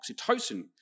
oxytocin